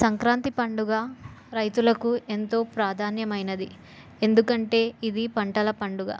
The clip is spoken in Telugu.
సంక్రాంతి పండుగ రైతులకు ఎంతో ప్రాధాన్యమైనది ఎందుకంటే ఇది పంటల పండుగ